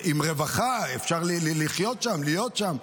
עם רווחה, אפשר לחיות שם, להיות שם.